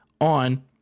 on